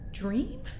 dream